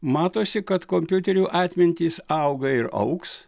matosi kad kompiuterių atmintys auga ir augs